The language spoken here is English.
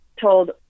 told